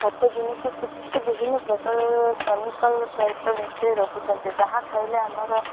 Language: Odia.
ଖତ ଜିନିଷ କେତେ ବିଭିନ୍ନ ପ୍ରକାରର କେମିକାଲ୍ ସହିତ ମିଶାଇ ରଖୁଛନ୍ତି ଯାହା ଖାଇଲେ ଆମର